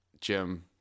Jim